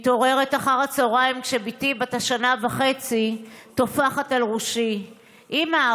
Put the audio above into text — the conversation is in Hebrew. מתעוררת אחר הצוהריים כשבתי בת השנה וחצי טופחת על ראשי: אימא,